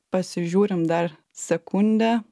pasižiūrim dar sekundę